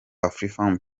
afrifame